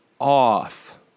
off